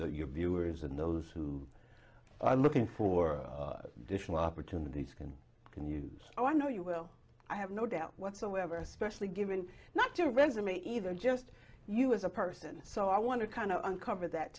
your viewers and those who are looking for additional opportunities can can use i know you will i have no doubt whatsoever especially given not to resume either just you as a person so i want to kind of uncover that